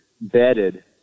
bedded